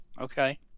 Okay